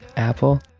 apple.